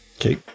Okay